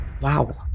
Wow